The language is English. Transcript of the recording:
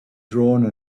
drawn